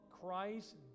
Christ